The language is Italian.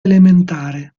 elementare